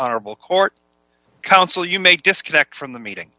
honorable court counsel you make disconnect from the meeting